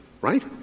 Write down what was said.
Right